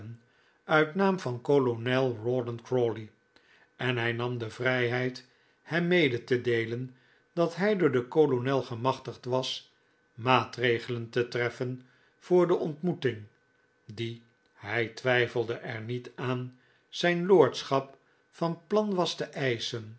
uit naam van kolonel rawdon crawley en hij nam de vrijheid hem mede te deelen dat hij door den kolonel gemachtigd was maatregelen te treffen voor de ontmoeting die hij twijfelde er niet aan zijn lordschap van plan was te eischen